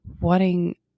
wanting